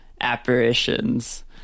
apparitions